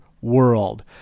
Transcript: world